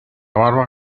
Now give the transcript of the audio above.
barba